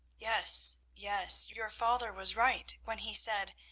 yes, yes your father was right when he said,